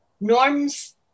norms